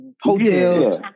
hotels